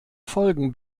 folgen